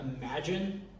imagine